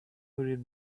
hurried